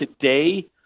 today